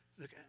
Look